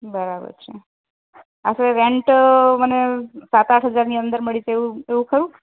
બરાબર છે આપડે રેન્ટ મને સાત આઠ હજારની અંદર મળી જાય એવું એવું ખરું